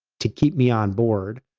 to keep me on board.